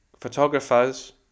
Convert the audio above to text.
Photographers